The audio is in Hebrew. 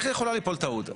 איך יכולה ליפול טעות?